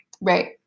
Right